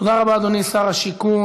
תודה רבה, אדוני שר השיכון.